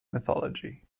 mythology